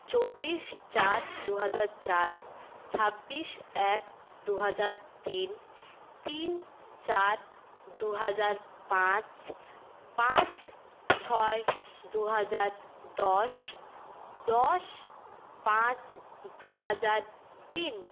চব্বিশ চার দুহাজার চার ছাব্বিশ এক দুহাজার তিন তিন চার দুহাজার পাঁচ পাঁচ ছয় দুহাজার দশ দশ পাঁচ দুহাজার তিন